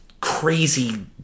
crazy